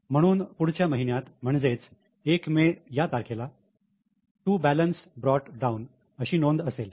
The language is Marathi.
म्हणून पुढच्या महिन्यात म्हणजेच 1 मे या तारखेला 'टु बॅलन्स ब्रोट डाऊन' अशी नोंद असेल